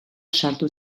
sartu